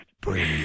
Breathe